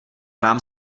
vám